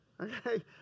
Okay